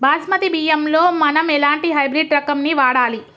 బాస్మతి బియ్యంలో మనం ఎలాంటి హైబ్రిడ్ రకం ని వాడాలి?